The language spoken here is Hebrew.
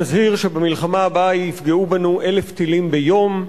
מזהיר שבמלחמה הבאה יפגעו בנו 1,000 טילים ביום.